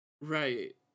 Right